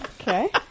Okay